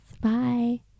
Bye